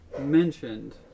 mentioned